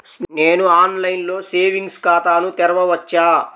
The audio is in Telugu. నేను ఆన్లైన్లో సేవింగ్స్ ఖాతాను తెరవవచ్చా?